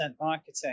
marketing